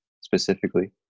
specifically